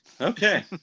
Okay